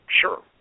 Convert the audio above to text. sure